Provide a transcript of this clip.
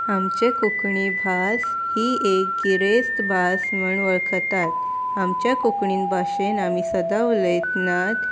आमचे कोंकणी भास ही एक गिरेस्त भास म्हण वळखतात आमच्या कोंकणीन भाशेन आमी सदां उलयतनात